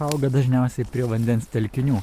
auga dažniausiai prie vandens telkinių